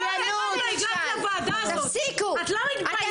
סבלנות ------ את לא מתביישת?